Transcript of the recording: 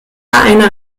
eine